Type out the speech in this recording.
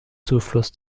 zufluss